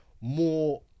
more